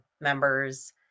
members